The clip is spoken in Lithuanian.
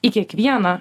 į kiekvieną